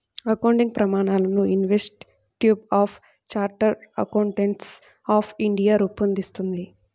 accounting ప్రమాణాలను Institute of Chartered Accountants of India రూపొందిస్తుంది